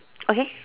okay